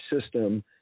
system